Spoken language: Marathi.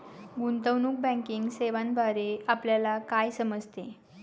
गुंतवणूक बँकिंग सेवांद्वारे आपल्याला काय समजते?